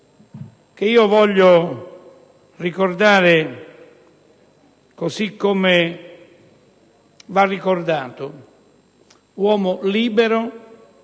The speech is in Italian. che io voglio ricordare così come va ricordato: uomo libero